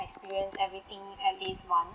experience everything at least once